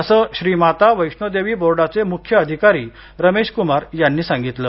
असं श्री माता वैष्णोदेवी बोर्डाये मुख्य अधिकारी रमेश कुमार यांनी सांगितलं